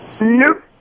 Nope